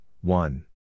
one